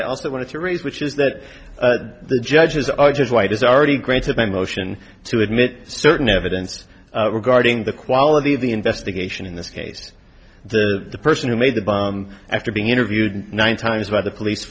i also want to raise which is that the judges are just like is already granted my motion to admit certain evidence regarding the quality of the investigation in this case the person who made the after being interviewed nine times by the police